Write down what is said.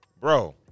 Bro